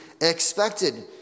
expected